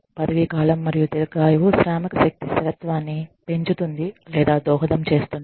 పదవీకాలం మరియు దీర్ఘాయువు శ్రామిక శక్తి స్థిరత్వాన్ని పెంచుతుంది లేదా దోహదం చేస్తుంది